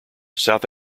south